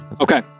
Okay